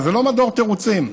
וזה לא מדור תירוצים,